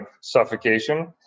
suffocation